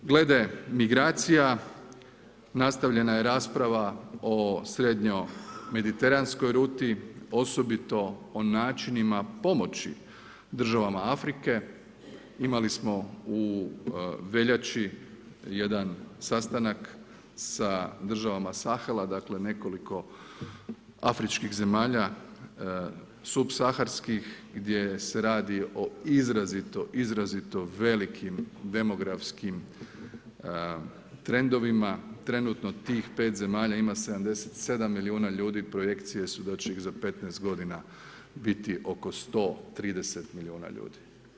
Glede migracija nastavljena je rasprava o Srednjo-mediteranskoj ruti, osobito o načinima pomoći državama Afrike, imali smo u veljači jedan sastanak sa državama Sahela, dakle nekoliko afričkih zemalja supsaharskih gdje se radi o izrazito, izrazito velikim demografskim trendovima, trenutno tih 5 zemalja ima 77 milijuna ljudi, projekcije su da će ih za 15 godina biti oko 130 milijuna ljudi.